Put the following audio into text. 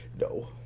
No